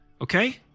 Okay